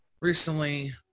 recently